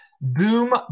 boom